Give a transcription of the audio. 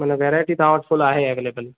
माना वैरायटी तव्हां वटि फुल आहे एवलेबल